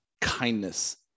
kindness